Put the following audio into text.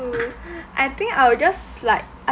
I think I will just like I